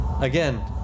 Again